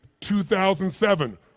2007